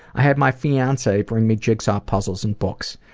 i had my fiance bring me jigsaw puzzles and books.